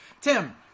Tim